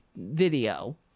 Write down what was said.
video